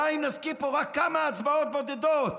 די אם נזכיר פה רק כמה הצבעות בודדות